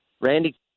randy